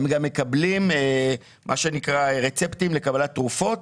הם גם מקבלים מרשמים לקבלת תרופות,